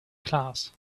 class